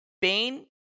pain